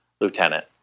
lieutenant